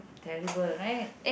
terrible right